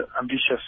ambitious